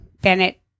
Bennett